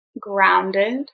grounded